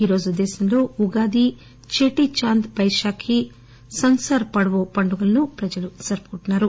ఈరోజు దేశంలో ఉగాది చేటీ చాంద్ బైశాఖీ సంసార్ పాడవో పండుగలను ప్రజలు జరుపుకుంటున్నారు